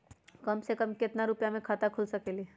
कम से कम केतना रुपया में खाता खुल सकेली?